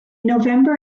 november